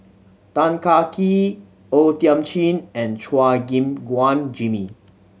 Tan Kah Kee O Thiam Chin and Chua Gim Guan Jimmy